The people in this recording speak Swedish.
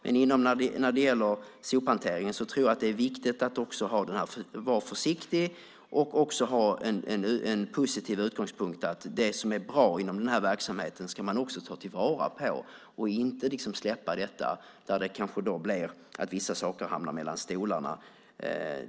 Men när det gäller sophanteringen tror jag att det är viktigt att också vara försiktig och också ha en positiv utgångspunkt. Det som är bra inom denna verksamhet ska man också ta vara på och inte släppa så att vissa saker kanske hamnar mellan stolarna.